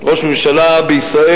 ראש ממשלה בישראל,